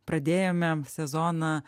pradėjome sezoną